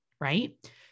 right